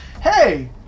hey